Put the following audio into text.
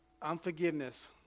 Unforgiveness